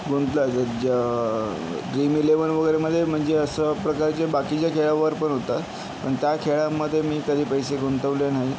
गुंतलो आहे ज्या ड्रीम इलेवन वगैरेमध्ये म्हणजे असं प्रकारचे बाकीच्या खेळावरपण होतात पण त्या खेळामध्ये मी कधी पैसे गुंतवले नाही